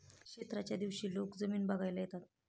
क्षेत्राच्या दिवशी लोक जमीन बघायला येतात